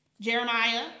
Jeremiah